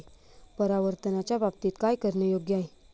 परावर्तनाच्या बाबतीत काय करणे योग्य आहे